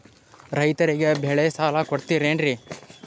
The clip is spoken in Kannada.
ರೈತರಿಗೆ ಬೆಳೆ ಸಾಲ ಕೊಡ್ತಿರೇನ್ರಿ?